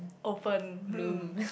open hmm